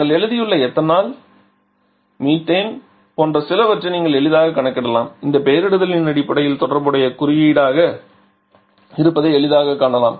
நாங்கள் எழுதியுள்ள ethanol methane போன்ற சிலவற்றை நீங்கள் எளிதாகக் கணக்கிடலாம் இந்த பெயரிடதலின் அடிப்படையில் தொடர்புடைய குறியீடாக இருப்பதை எளிதாகக் காணலாம்